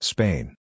Spain